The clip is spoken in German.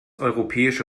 europäische